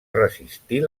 resistir